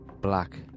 black